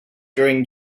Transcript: during